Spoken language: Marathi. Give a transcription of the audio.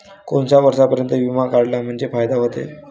कोनच्या वर्षापर्यंत बिमा काढला म्हंजे फायदा व्हते?